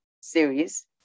series